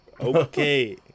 okay